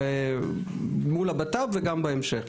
מול הבט"פ וגם בהמשך.